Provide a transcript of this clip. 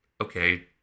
okay